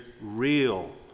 real